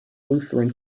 lutheran